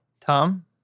Tom